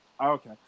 Okay